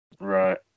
Right